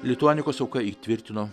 lituanikos auka įtvirtino